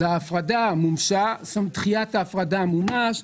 ההפרדה מומשה, דחיית ההפרדה מומש,